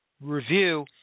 review